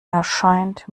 erscheint